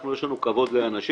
יש לנו לכבוד לאנשים,